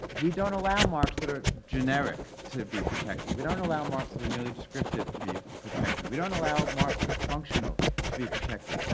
we don't allow marks that are generic to be protected. we don't allow marks that are merely descriptive to be protected. we don't allow marks that are functional to be protected.